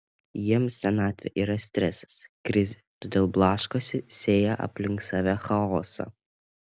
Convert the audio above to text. jiems senatvė yra stresas krizė todėl blaškosi sėja aplink save chaosą